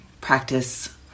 practice